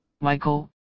Michael